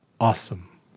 awesome